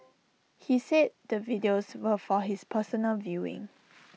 he said the videos were for his personal viewing